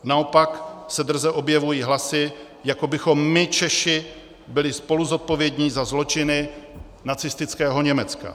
Naopak se drze objevují hlasy, jako bychom my Češi byli spoluzodpovědni za zločiny nacistického Německa.